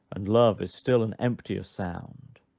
and love is still an emptier sound,